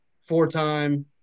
four-time